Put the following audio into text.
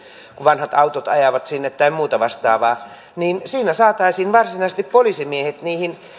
kun esimerkiksi vanhat autot ajavat sinne tai muuta vastaavaa siinä saataisiin varsinaisesti poliisimiehet niihin